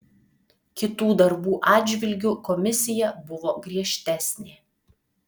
kitų darbų atžvilgiu komisija buvo griežtesnė